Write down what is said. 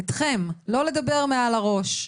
לא לדבר מעל הראש,